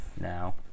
now